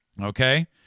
Okay